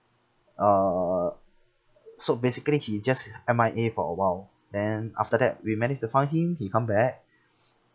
uh so basically he just M_I_A for a while then after that we managed to find him he come back